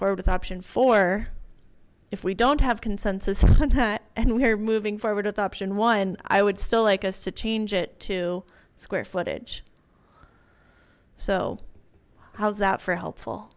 forward with option four if we don't have consensus and we're moving forward with option one i would still like us to change it to square footage so how's that for helpful